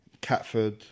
Catford